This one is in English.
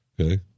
Okay